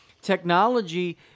technology